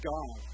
God